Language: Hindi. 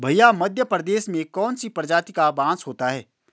भैया मध्य प्रदेश में कौन सी प्रजाति का बांस होता है?